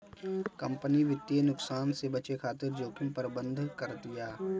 company वित्तीय नुकसान से बचे खातिर जोखिम प्रबंधन करतिया